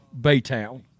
baytown